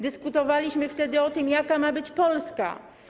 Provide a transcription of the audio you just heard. Dyskutowaliśmy wtedy o tym, jaka ma być Polska.